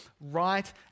right